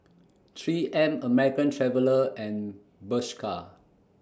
three M American Traveller and Bershka